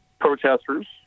protesters